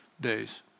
days